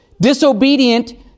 disobedient